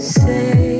say